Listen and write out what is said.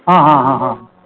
ಹಾಂ ಹಾಂ ಹಾಂ ಹಾಂ